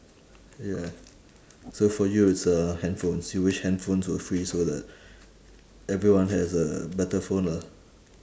ya so for you it's uh handphones you wish handphones were free so that everyone has a better phone lah